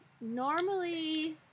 normally